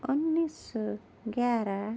انیس سو گیارہ